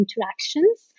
interactions